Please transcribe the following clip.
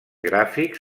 gràfics